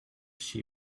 she